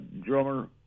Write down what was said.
drummer